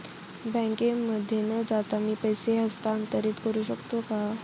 बँकेमध्ये न जाता मी पैसे हस्तांतरित करू शकतो का?